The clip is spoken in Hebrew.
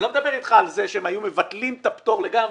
אני לא מדבר אתך על כך שהם היו מבטלים את הפטור לגמרי,